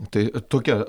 tai tokia